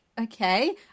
okay